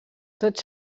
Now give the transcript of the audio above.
tots